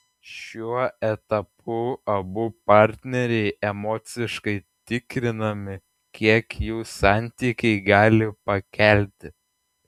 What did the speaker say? šiuo etapu abu partneriai emociškai tikrinami kiek jų santykiai gali pakelti